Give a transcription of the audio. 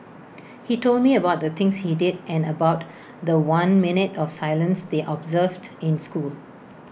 he told me about the things he did and about The One minute of silence they observed in school